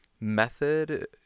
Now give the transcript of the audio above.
method